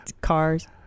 cars